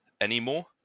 anymore